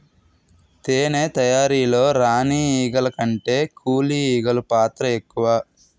తేనె తయారీలో రాణి ఈగల కంటే కూలి ఈగలు పాత్ర ఎక్కువ